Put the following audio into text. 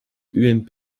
ump